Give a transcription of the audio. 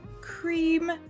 cream